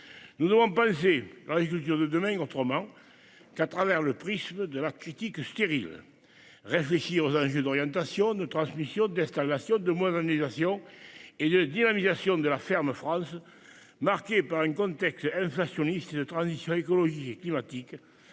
Nous devons penser à l'agriculture de demain. Autrement qu'à travers le prisme de la critique stérile. Réfléchi aux enjeux d'orientation de transmission d'installation de moins organisations et de dynamisation de la ferme France. Marquée par un contexte inflationniste de transition écologique et climatique,